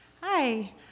Hi